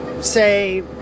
say